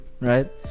right